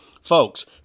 Folks